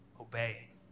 obeying